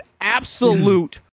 absolute